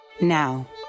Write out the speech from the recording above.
Now